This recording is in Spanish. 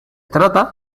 trata